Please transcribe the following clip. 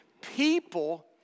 People